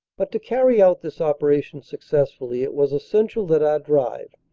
but to carry out this operation successfully, it was essential that our drive,